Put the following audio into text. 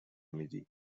میدی